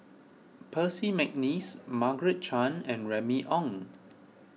Percy McNeice Margaret Chan and Remy Ong